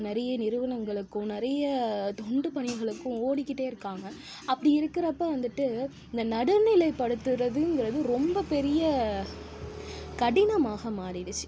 நிறைய நிறுவனங்களுக்கும் நிறைய தொண்டு பணிகளுக்கும் ஓடிக்கிட்டே இருக்காங்க அப்படி இருக்கிறப்ப வந்துட்டு இந்த நடுநிலைப்படுத்துறதுங்கிறது ரொம்ப பெரிய கடினமாக மாறிடுச்சு